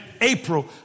April